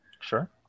Sure